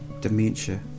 dementia